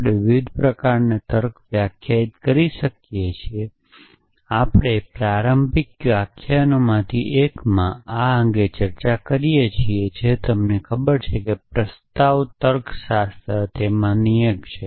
આપણે વિવિધ પ્રકારનાં તર્ક વ્યાખ્યાયિત કરી શકીએ છીએ અને આપણે પ્રારંભિક વ્યાખ્યાનોમાંથી એકમાં આ અંગે ચર્ચા કરી છે જે તમને ખબર છે કે પ્રોપોજીશન તર્ક તેમાંથી એક છે